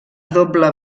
doble